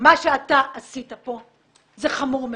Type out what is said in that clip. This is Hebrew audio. מה שאתה עשית פה זה חמור מאוד.